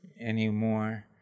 anymore